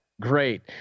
great